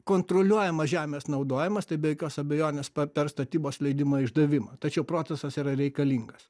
kontroliuojamas žemės naudojimas tai be jokios abejonės per statybos leidimo išdavimą tačiau procesas yra reikalingas